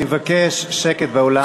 אני מבקש שקט באולם.